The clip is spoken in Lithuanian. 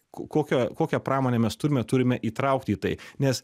kokią kokią pramonę mes turime turime įtraukti į tai nes